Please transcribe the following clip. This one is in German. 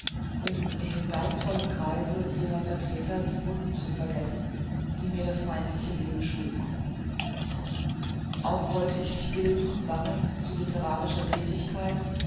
um in dem geistvollen kreise ihrer vertreter die wunden zu vergessen die mir das feindliche leben schlug auch wollte ich mich bilden und sammeln zu litterarischer thätigkeit